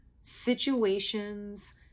situations